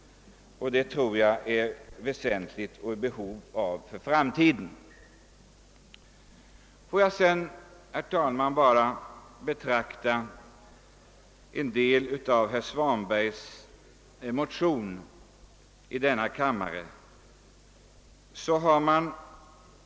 Jag tror att detta är väsentligt och behövligt för framtiden. Får jag sedan, herr talman, bara beröra en del av herr Svanbergs motion i denna kammare.